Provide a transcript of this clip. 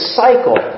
cycle